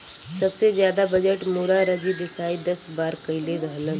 सबसे जादा बजट मोरारजी देसाई दस बार कईले रहलन